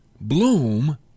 bloom